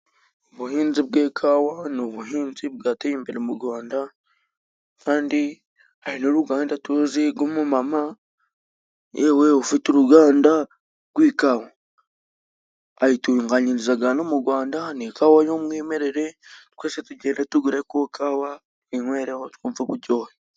Ubuhinzi bw'ikawa ni ubuhinzi bwateye imbere mu gwanda, kandi hari n'uruganda tuzi rw'umumama yewe ufite uruganda gw'ikawa ;ayitunganyirizaga hano mu gwanda ni ikawa y'umwimerere twese tugende tugure ku ikawa twinywereho twumve uburyohe.